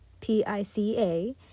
P-I-C-A